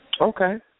Okay